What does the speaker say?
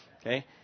Okay